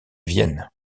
vienne